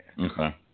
Okay